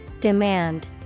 Demand